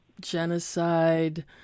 genocide